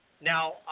Now